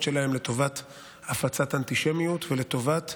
שלהם לטובת הפצת אנטישמיות ולטובת,